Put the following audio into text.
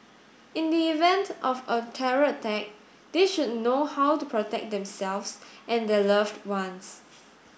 in the event of a terror attack they should know how to protect themselves and their loved ones